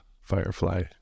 firefly